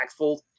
impactful